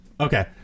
Okay